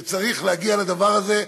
שצריך להגיע לדבר הזה.